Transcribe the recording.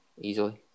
Easily